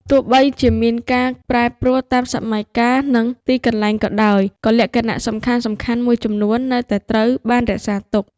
ទោះបីជាមានការប្រែប្រួលតាមសម័យកាល និងទីកន្លែងក៏ដោយ ក៏លក្ខណៈសំខាន់ៗមួយចំនួននៅតែត្រូវបានរក្សាទុក។